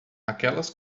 aquelas